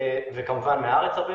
וכמובן מהארץ.